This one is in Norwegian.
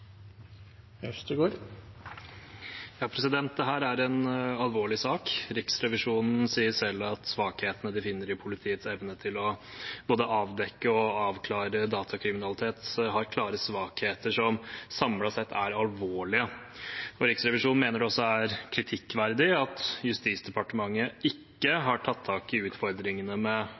en alvorlig sak. Riksrevisjonen sier selv at svakhetene de finner i politiets evne til både å avdekke og oppklare datakriminalitet, har klare svakheter som samlet sett er alvorlige. Riksrevisjonen mener det også er kritikkverdig at Justisdepartementet ikke har tatt tak i utfordringene med